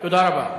תודה רבה.